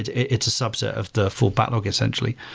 it's it's a subset of the full backlog, essentially.